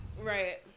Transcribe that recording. Right